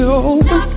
open